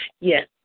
Yes